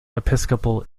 episcopal